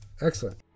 Excellent